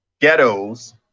ghettos